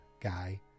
guy